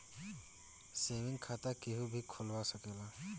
saving खाता केहू भी खोलवा सकेला